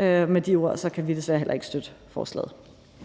Med de ord kan vi desværre heller ikke støtte forslaget.